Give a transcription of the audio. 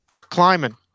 climbing